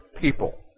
people